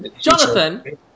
Jonathan